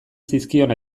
zizkion